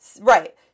Right